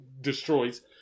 destroys